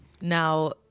now